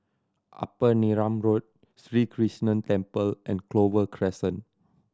Upper Neram Road Sri Krishnan Temple and Clover Crescent